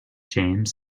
james